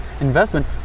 investment